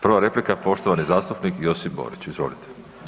Prva replika poštovani zastupnik Josip Borić, izvolite.